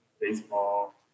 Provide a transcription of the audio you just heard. baseball